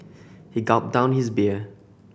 he gulped down his beer